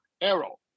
arrow